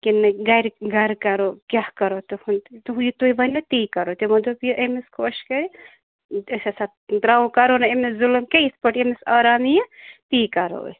کِنہٕ گھرِ گھرٕ کَرو کیٛاہ کَرو تُہُنٛد یہِ تُہۍ ؤنِو تی کَرو تِمو دوٚپ یہِ أمِس خۄش کرِ ٲں أسۍ ہَسا ترٛاوو کَرو نہٕ أمِس ظلم کیٚنٛہہ یِتھ پٲٹھۍ أمِس آرام یِیہِ تی کَرو أسۍ